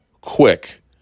quick